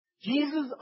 Jesus